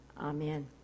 Amen